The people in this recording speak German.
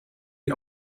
die